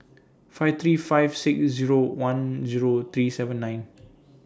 five three five six Zero one Zero three seven nine